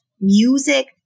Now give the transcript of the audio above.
music